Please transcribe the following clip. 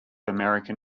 american